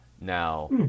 Now